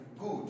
good